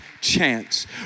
chance